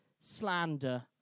slander